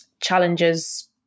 challenges